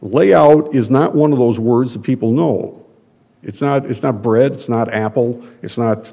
layout is not one of those words that people know it's not it's not breads not apple it's not